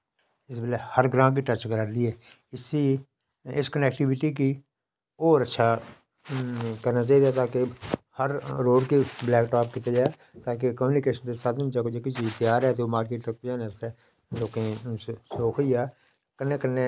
इस बेल्लै हर ग्रांऽ गी टॅच करै दी ऐ इसी इस कनैक्टविटी गी होर अच्छा करना चाहिदा ता के हर रोड़ गी ब्लैक टॉप कीता जाए ता के काम्युनिकेशन दे साधन च कोई चीज त्यार ऐ ते ओह् मार्किट तक पजानै आस्तै लोकें किश सुख होई जा कन्नै कन्नै